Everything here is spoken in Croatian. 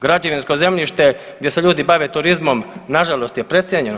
Građevinsko zemljište gdje se ljudi bave turizmom na žalost je precijenjeno.